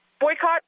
boycott